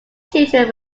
children